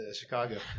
Chicago